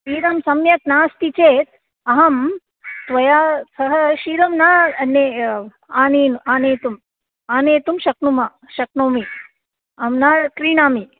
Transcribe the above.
क्षीरं सम्यक् नास्ति चेत् अहं त्वया सह क्षीरं न ने आनेन् आनेतुम् आनेतुं शक्नुमः शक्नोमि अहं न क्रीणामि